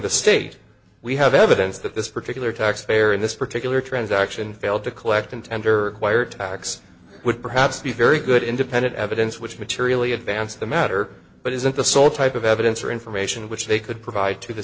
the state we have evidence that this particular taxpayer in this particular transaction failed to collect and tender wire tax would perhaps be very good independent evidence which materially advance the matter but isn't the sole type of evidence or information which they could provide to the